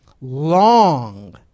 long